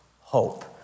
hope